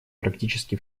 практически